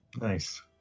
Nice